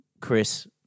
Chris